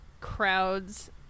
crowds